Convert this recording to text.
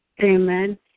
Amen